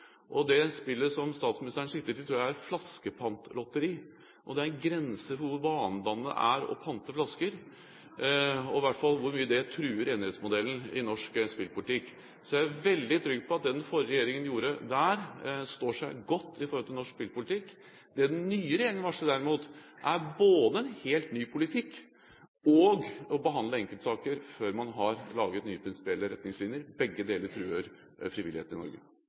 Det spillet som statsministeren sikter til, tror jeg er et flaskepantlotteri, og det er en grense for hvor vanedannende det er å pante flasker – og i hvert fall hvor mye det truer enerettsmodellen i norsk spillpolitikk. Så jeg er veldig trygg på at det den forrige regjeringen gjorde der, står seg godt i norsk spillpolitikk. Det den nye regjeringen varsler derimot, er både en helt ny politikk og å behandle enkeltsaker før man har laget nye prinsipielle retningslinjer. Begge deler truer frivilligheten i Norge.